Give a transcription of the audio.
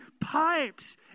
pipes